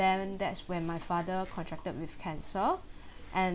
then that's when my father contracted with cancer and